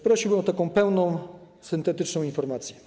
Prosiłbym o taką pełną, syntetyczną informację.